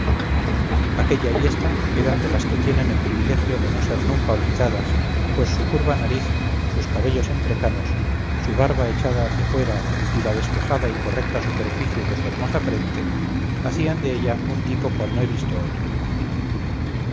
aquella y esta eran de las que tienen el privilegio de no ser nunca olvidadas pues su curva nariz sus cabellos entrecanos su barba echada hacia afuera y la despejada y correcta superficie de su hermosa frente hacían de ella un tipo cual no he visto otro